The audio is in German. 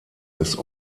des